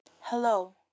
Hello